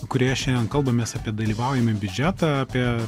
kurioje šiandien kalbamės apie dalyvaujamąjį biudžetą apie